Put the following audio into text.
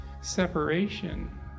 separation